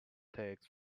takes